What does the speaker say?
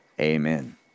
Amen